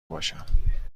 باشم